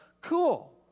cool